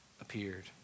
appeared